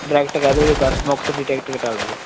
direct ਕਹਿ ਦਿਓ best Muktsar ਦੀ ਟਿਕਟ ਕਟਾ ਲਓ ਜੀ